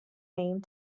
name